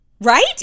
right